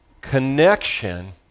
connection